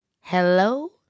Hello